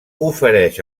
ofereix